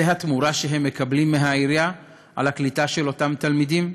זה התמורה שהם מקבלים מהעירייה על הקליטה של אותם תלמידים?